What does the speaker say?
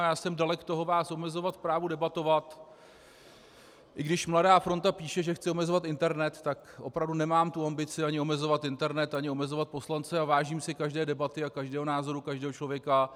Já jsem dalek toho vás omezovat v právu debatovat, i když Mladá fronta píše, že chci omezovat internet, tak opravdu nemám tu ambici omezovat internet ani omezovat poslance a vážím si každé debaty a každého názoru každého člověka.